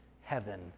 heaven